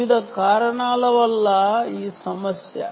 వివిధ కారణాల వల్ల ఇది సమస్య